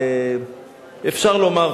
אפשר לומר,